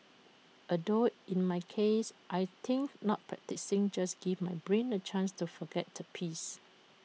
although in my case I think not practising just gives my brain A chance to forget the piece